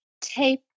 tape